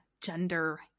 gender